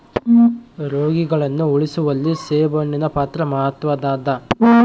ರೋಗಿಗಳನ್ನು ಉಳಿಸುವಲ್ಲಿ ಸೇಬುಹಣ್ಣಿನ ಪಾತ್ರ ಮಾತ್ವದ್ದಾದ